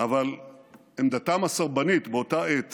אבל עמדתם הסרבנית באותה עת